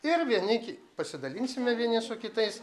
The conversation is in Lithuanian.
ir vieni ki pasidalinsime vieni su kitais